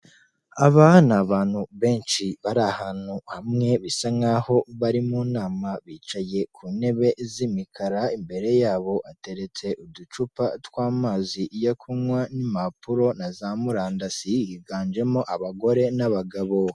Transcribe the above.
Aba ni abantu benshi bari ahantu hamwe bisa nkaho bari mu nama bicaye ku ntebe z'imikara imbere yabo hateretse uducupa tw'amazi yo kunywa n'impapuro na za murandasi, higanjemo abagore n'abagabo bombi.